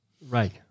Right